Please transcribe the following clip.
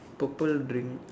purple drink